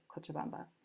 Cochabamba